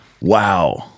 Wow